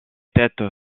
tête